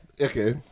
Okay